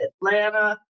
Atlanta